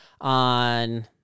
on